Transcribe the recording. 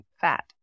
fat